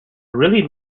really